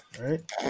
right